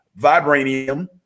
vibranium